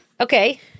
Okay